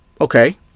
Okay